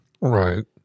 Right